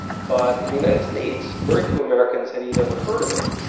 but in the united states, very few americans had even heard of it.